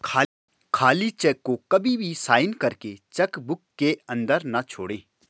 खाली चेक को कभी भी साइन करके चेक बुक के अंदर न छोड़े